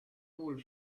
will